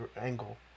angle